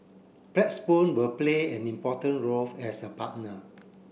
Blackstone will play an important role as a partner